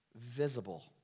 visible